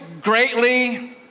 greatly